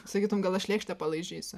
sakytum gal aš lėkštę palaižysiu